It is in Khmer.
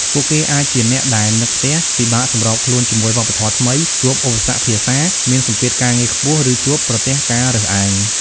ពួកគេអាចជាអ្នកដែលនឹកផ្ទះ ពិបាកសម្របខ្លួនជាមួយវប្បធម៌ថ្មី ជួបឧបសគ្គភាសា មានសម្ពាធការងារខ្ពស់ ឬជួបប្រទះការរើសអើង ។